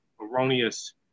erroneous